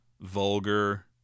vulgar